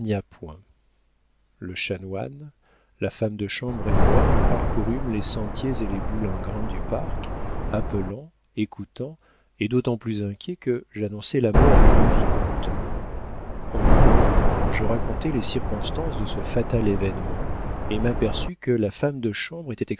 point le chanoine la femme de chambre et moi nous parcourûmes les sentiers et les boulingrins du parc appelant écoutant et d'autant plus inquiets que j'annonçai la mort du jeune vicomte en courant je racontai les circonstances de ce fatal événement et m'aperçus que la femme de chambre